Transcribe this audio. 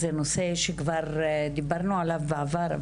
זה נושא שכבר דיברנו עליו בעבר.